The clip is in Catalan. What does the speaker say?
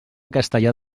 castellar